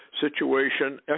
situation